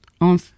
on